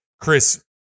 Chris